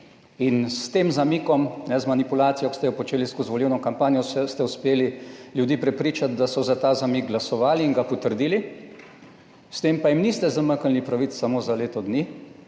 In s tem zamikom, z manipulacijo, ki ste jo počeli skozi volilno kampanjo ste uspeli ljudi prepričati, da so za ta zamik glasovali in ga potrdili. S tem pa jim niste zamaknili pravic samo za leto dni,